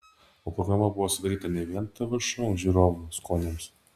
o programa buvo sudaryta ne vien tv šou žiūrovų skoniams